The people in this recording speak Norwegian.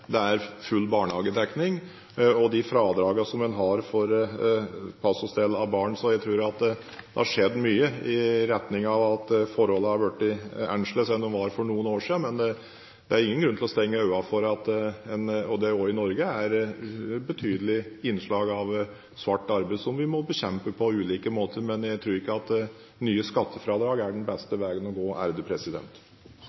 det er full barnehagedekning, og en har fradrag for pass og stell av barn. Så jeg tror det har skjedd mye i retning av at forholdene er blitt annerledes enn de var for noen år siden. Men det er ingen grunn til å lukke øynene for at det også i Norge er betydelige innslag av svart arbeid, som vi må bekjempe på ulike måter. Men jeg tror ikke at nye skattefradrag er den beste